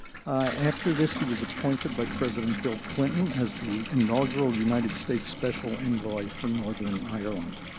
after this, he was appointed by president bill clinton as the inaugural united states special envoy for northern ireland.